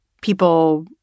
people